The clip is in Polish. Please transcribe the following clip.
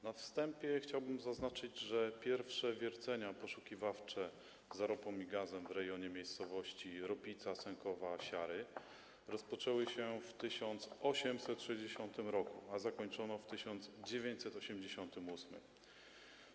Na wstępie chciałbym zaznaczyć, że pierwsze wiercenia poszukiwawcze dla ropy i gazu w rejonie miejscowości Ropica, Sękowa, Siary rozpoczęły się w 1860 r., a zakończono je w 1988 r.